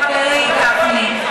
חברי גפני.